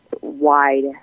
wide